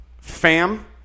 FAM